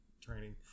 training